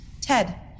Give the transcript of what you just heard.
Ted